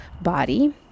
body